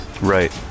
Right